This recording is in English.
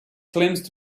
claims